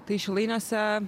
tai šilainiuose